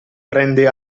prende